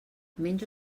menjo